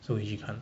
so 你可以去看